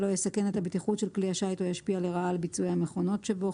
לא יסכן את הבטיחות של כלי השיט או ישפיע לרעה על ביצועי המכונות שבו.